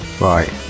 Right